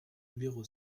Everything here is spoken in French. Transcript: numéro